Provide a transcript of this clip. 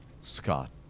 Scott